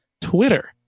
Twitter